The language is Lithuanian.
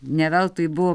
ne veltui bu